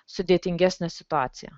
sudėtingesnę situaciją